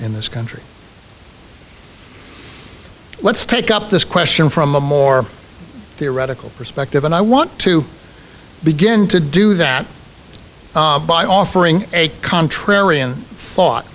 in this country let's take up this question from a more theoretical perspective and i want to begin to do that by offering a contrarian thought